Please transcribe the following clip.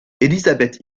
elisabeth